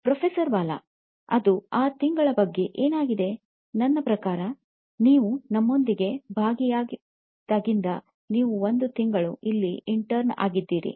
professor Bala ಅದು ಆ ತಿಂಗಳ ಬಗ್ಗೆ ಏನಾಗಿದೆ ನನ್ನ ಪ್ರಕಾರ ನೀವು ನಮ್ಮೊಂದಿಗೆ ಭಾಗಿಯಾದಾಗಿನಿಂದ ನೀವು ಒಂದು ತಿಂಗಳು ಇಲ್ಲಿ ಇಂಟರ್ನ್ ಆಗಿದ್ದೀರಿ